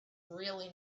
really